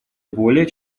более